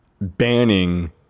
banning